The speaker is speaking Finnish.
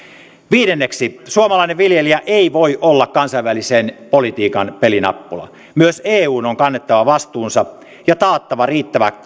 viidenneksi suomalainen viljelijä ei voi olla kansainvälisen politiikan pelinappula myös eun on kannettava vastuunsa ja taattava riittävät